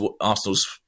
Arsenal's